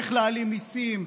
איך להעלים מיסים,